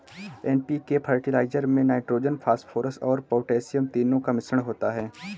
NPK fertiliser में nitrogen, phosphorus और potassium तीनों का मिश्रण होता है